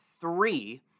three